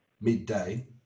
midday